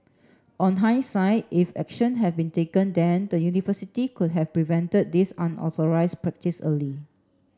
on hindsight if action had been taken then the university could have prevented this unauthorised practice early